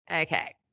Okay